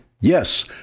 yes